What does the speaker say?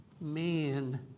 man